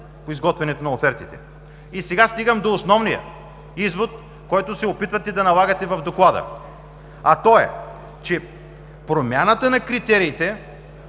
по изготвянето на офертите. И сега стигам до основния извод, който се опитвате да налагате в Доклада, а той е, че „промяната на критериите